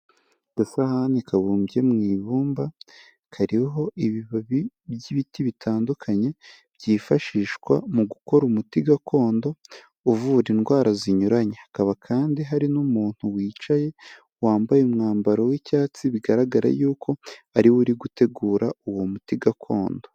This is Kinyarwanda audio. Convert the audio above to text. Agasahani kabumbye mu ibumba, kariho ibibabi by'ibiti bitandukanye, byifashishwa mu gukora umuti gakondo, uvura indwara zinyuranye. Hakaba kandi hari n'umuntu wicaye, wambaye umwambaro w'icyatsi, bigaragare yuko ari we uri gutegura uwo muti gakondo.